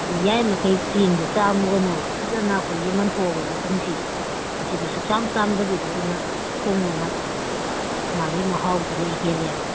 ꯑꯗꯨ ꯌꯥꯔꯤꯃꯈꯩ ꯆꯦꯡꯗꯨ ꯆꯥꯝꯃꯨꯒꯅꯣꯕ ꯐꯖꯅ ꯑꯩꯈꯣꯏꯒꯤ ꯃꯟꯊꯣꯛꯑꯕ ꯃꯇꯨꯡꯁꯤ ꯑꯁꯤꯗ ꯁꯨꯡꯆꯥꯝ ꯆꯥꯝꯗꯕꯤꯗ ꯑꯣꯏꯅ ꯊꯣꯡꯕꯅ ꯃꯥꯒꯤ ꯃꯍꯥꯎꯗꯨ ꯂꯩ ꯍꯦꯜꯂꯦꯕ